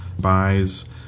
buys